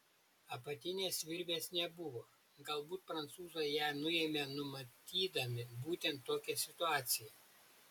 apatinės virvės nebuvo galbūt prancūzai ją nuėmė numatydami būtent tokią situaciją